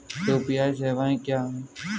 UPI सवायें क्या हैं?